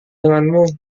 denganmu